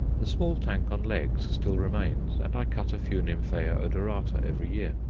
the small tank on legs still remains, and i cut a few nymphaea odorata every year.